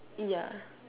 ya